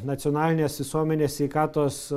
nacionalinės visuomenės sveikatos